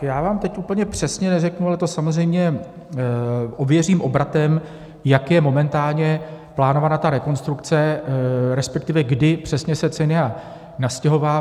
Já vám teď úplně přesně neřeknu, ale to samozřejmě ověřím obratem, jak je momentálně plánována ta rekonstrukce, respektive kdy přesně se CENIA nastěhovává.